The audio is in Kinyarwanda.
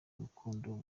urukundo